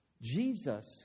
Jesus